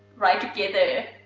write together.